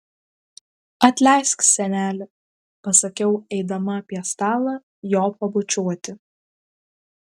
atleisk seneli pasakiau eidama apie stalą jo pabučiuoti